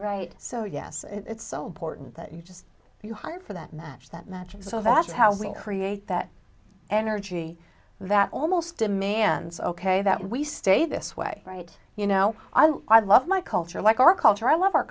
right so yes it's so important that you just you hire for that match that match is so vast housing create that energy that almost demands ok that we stay this way right you know i love my culture like our culture i love our